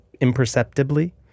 imperceptibly